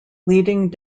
leading